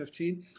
2015